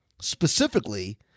specifically